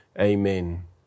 Amen